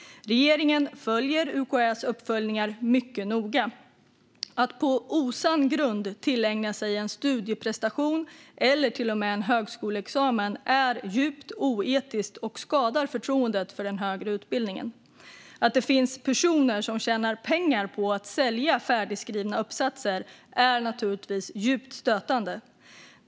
Regeringen följer UKÄ:s uppföljningar mycket noga. Att på osann grund tillägna sig en studieprestation eller till och med en högskoleexamen är djupt oetiskt och skadar förtroendet för den högre utbildningen. Att det finns personer som tjänar pengar på att sälja färdigskrivna uppsatser är naturligtvis djupt stötande.